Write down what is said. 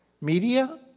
Media